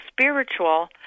spiritual